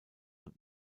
und